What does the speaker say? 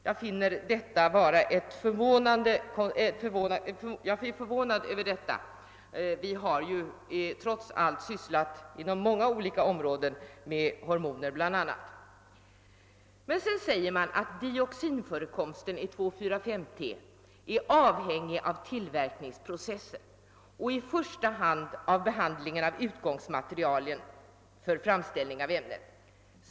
Jag är förvånad över detta — vi har ju trots allt sysslat inom många olika områden med bl.a. hormoner. Sedan säger man att dioxinförekomsten i 2, 4, 5 T är avhängig av tillverkningsprocessen och i första hand av behandlingen av utgångsmaterialen för framställning av ämnena.